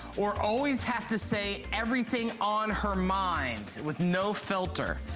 or always have to say everything on her mind. with no filter.